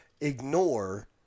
ignore